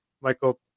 Michael